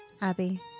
Abby